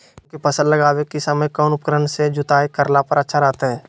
मूंग के फसल लगावे के समय कौन उपकरण से जुताई करला पर अच्छा रहतय?